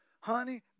honey